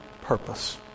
purpose